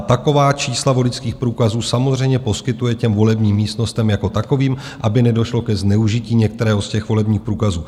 Taková čísla voličských průkazů samozřejmě poskytuje volebním místnostem jako takovým, aby nedošlo ke zneužití některého z těch volebních průkazů.